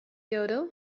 yodel